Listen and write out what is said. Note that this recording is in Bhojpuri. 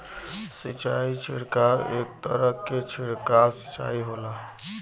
सिंचाई छिड़काव एक तरह क छिड़काव सिंचाई होला